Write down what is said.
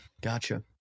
Gotcha